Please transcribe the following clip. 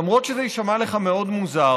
למרות שזה יישמע לך מאוד מוזר,